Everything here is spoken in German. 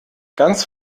ganz